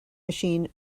machine